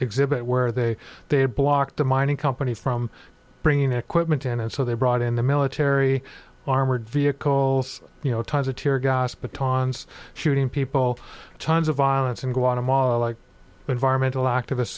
exhibit where they they blocked the mining companies from bring in equipment and so they brought in the military armored vehicles you know time to tear gas but tongs shooting people tons of violence in guatemala like the environmental activists